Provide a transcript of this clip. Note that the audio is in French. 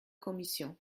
commission